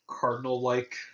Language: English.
cardinal-like